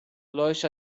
lois